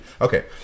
Okay